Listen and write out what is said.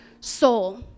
soul